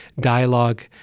dialogue